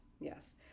Yes